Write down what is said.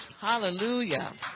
Hallelujah